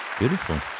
beautiful